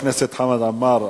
של חבר הכנסת חמד עמאר,